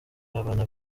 y’abana